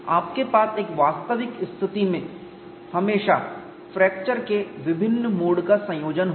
आपके पास एक वास्तविक स्थिति में हमेशा फ्रैक्चर के विभिन्न मोड का संयोजन होगा